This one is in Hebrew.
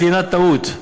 הינה טעות.